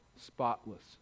spotless